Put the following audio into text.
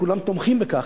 כולם תומכים בכך,